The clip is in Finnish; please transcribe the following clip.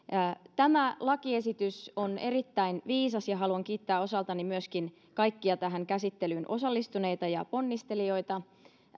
tämä lakiesitys on erittäin viisas ja haluan kiittää osaltani myöskin kaikkia tähän käsittelyyn osallistuneita ja tässä ponnistelleita